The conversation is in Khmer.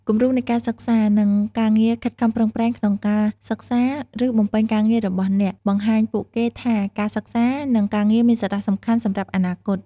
គំរូនៃការសិក្សា និងការងារខិតខំប្រឹងប្រែង ក្នុងការសិក្សា ឬបំពេញការងាររបស់អ្នក បង្ហាញពួកគេថាការសិក្សា និងការងារមានសារៈសំខាន់សម្រាប់អនាគត ។